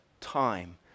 time